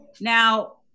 Now